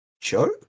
Joke